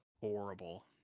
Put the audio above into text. horrible